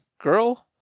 girl